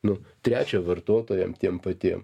nu trečia vartotojam tiem patiem